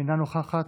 אינה נוכחת,